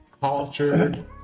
Culture